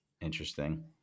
interesting